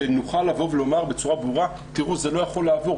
שנוכל לומר בצורה ברורה זה לא יכול לעבור.